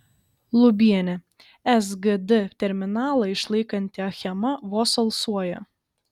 lubienė sgd terminalą išlaikanti achema vos alsuoja